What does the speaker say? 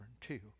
Two